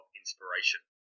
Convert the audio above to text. inspiration